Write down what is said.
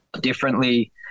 differently